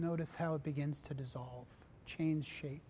notice how it begins to dissolve change shape